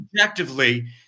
objectively